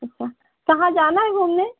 अच्छा कहाँ जाना है घूमने